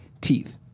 teeth